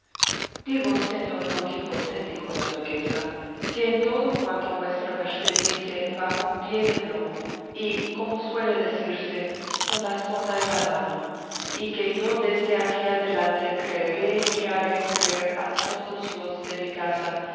digo señor don quijote dijo la duquesa que en todo cuanto vuestra merced dice va con pie de plomo y como suele decirse con la sonda en la mano y que yo desde aquí adelante creeré y haré creer a todos los de mi casa